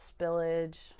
spillage